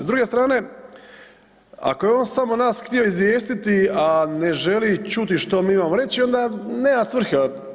S druge strane, ako je on samo nas htio izvijestiti, a ne želi čuti što mi imamo reći onda nema svrhe.